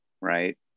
right